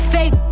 Fake